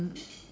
mm